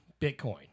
Bitcoin